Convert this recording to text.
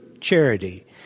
charity